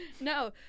No